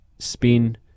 spin